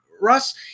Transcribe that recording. Russ